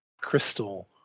crystal